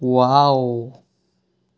wow